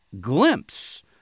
glimpse